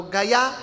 Gaya